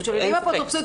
אנחנו שוללים אפוטרופסות,